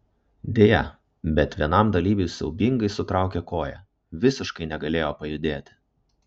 deja bet vienam dalyviui siaubingai sutraukė koją visiškai negalėjo pajudėti